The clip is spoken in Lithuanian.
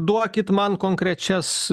duokit man konkrečias